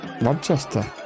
Manchester